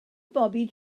bobi